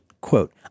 Quote